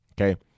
Okay